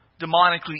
demonically